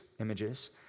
images